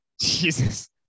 Jesus